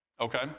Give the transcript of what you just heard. Okay